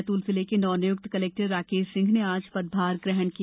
बैतूल जिले के नवनियुक्त कलेक्टर राकेश सिंह ने आज पदभार ग्रहण किया